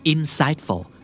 Insightful